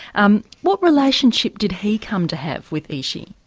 um what relationship did he come to have with ishi?